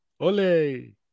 Ole